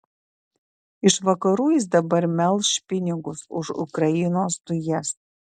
iš vakarų jis dabar melš pinigus už ukrainos dujas